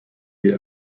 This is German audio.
wir